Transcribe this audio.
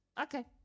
Okay